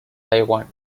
taiwán